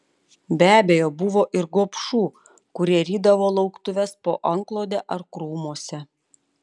be abejo buvo ir gobšų kurie rydavo lauktuves po antklode ar krūmuose